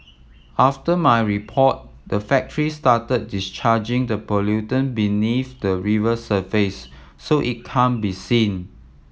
after my report the factory started discharging the pollutant beneath the river surface so it can't be seen